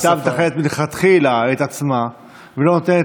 אם העירייה הייתה מתכננת מלכתחילה את עצמה ולא נותנת